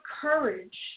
courage